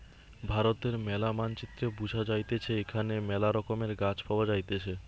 ভারতের ম্যালা মানচিত্রে বুঝা যাইতেছে এখানে মেলা রকমের গাছ পাওয়া যাইতেছে